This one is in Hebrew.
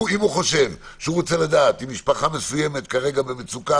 אם הוא חושב שהוא רוצה לדעת אם משפחה מסוימת כרגע במצוקה